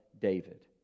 David